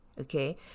okay